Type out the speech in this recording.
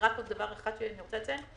עוד דבר אחד אני רוצה לציין.